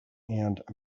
and